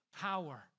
power